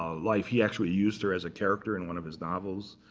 ah life. he actually used her as a character in one of his novels.